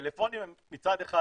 טלפונים הם מצד אחד